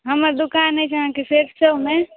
हमर दोकान अछि अहाँके सरिसोमे